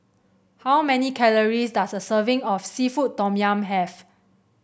how many calories does a serving of seafood Tom Yum have